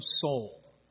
soul